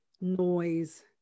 noise